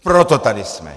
Proto tady jsme!